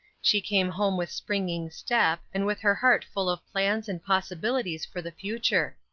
she came home with springing step, and with her heart full of plans and possibilities for the future.